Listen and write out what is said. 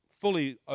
fully